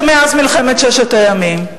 שמאז מלחמת ששת הימים.